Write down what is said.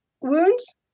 wounds